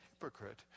hypocrite